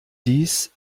dies